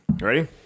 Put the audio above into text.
Ready